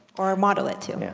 or model it too. yeah,